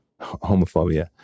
homophobia